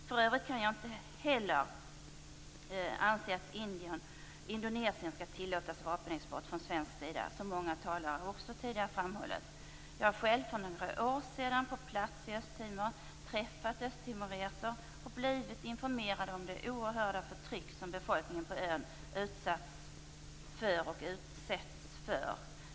För övrigt kan inte heller Indonesien tillåtas vapenexport från svensk sida som många talare tidigare framhållit. Jag har själv för några år sedan på plats i Östtimor träffat östtimoreser och blivit informerad om det oerhörda förtryck som befolkningen på ön utsatts och utsätts för.